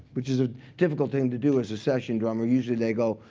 which is a difficult thing to do as a session drummer. usually they go,